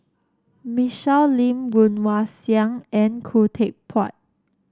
Michelle Lim Woon Wah Siang and Khoo Teck Puat